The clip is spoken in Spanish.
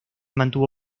mantuvo